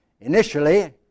initially